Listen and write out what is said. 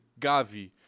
Gavi